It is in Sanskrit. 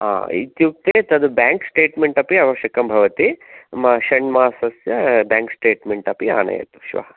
आ इत्युक्ते तत् बैङ्क् स्टेट्मेन्ट् अपि आवश्यकं भवति षण्मासस्य बैङ्क् स्टेट्मेन्ट् अपि आनयतु श्वः